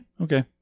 okay